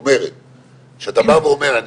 לפנים משורת הדין אני אתחיל